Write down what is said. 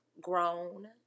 grown